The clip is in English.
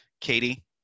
Katie